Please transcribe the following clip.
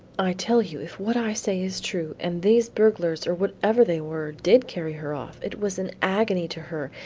i tell you if what i say is true, and these burglars or whatever they were, did carry her off, it was an agony to her,